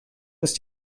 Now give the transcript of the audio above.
ist